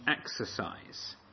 exercise